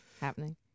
Happening